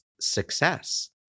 success